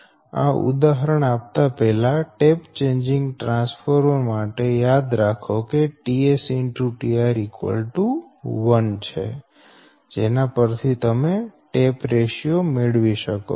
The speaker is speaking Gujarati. આ ઉદાહરણ આપતા પહેલા ટેપ ચેંજિંગ ટ્રાન્સફોર્મર માટે યાદ રાખો કે ts X tR 1 છે જેના પરથી તમેં ટેપ રેશિયો મેળવી શકો છો